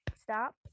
stop